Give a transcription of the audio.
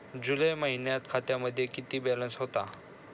जुलै महिन्यात खात्यामध्ये किती बॅलन्स होता?